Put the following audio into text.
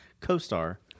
co-star